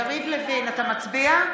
יריב לוין, אתה מצביע?